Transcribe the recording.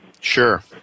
Sure